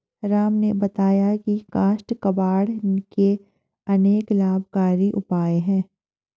राम ने बताया की काष्ठ कबाड़ के अनेक लाभकारी उपयोग हैं